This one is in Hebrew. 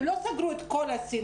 הם לא סגרו את כל סין,